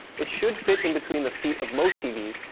it should fit in-between the feet of most tvs,